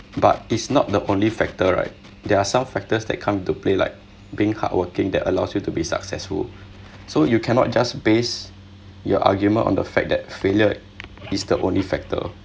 but is not the only factor right there are some factors that come into play like being hardworking that allows you to be successful so you cannot just base your argument on the fact that failure is the only factor